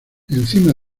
encima